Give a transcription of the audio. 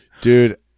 Dude